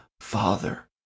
Father